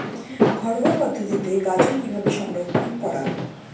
ঘরোয়া পদ্ধতিতে গাজর কিভাবে সংরক্ষণ করা?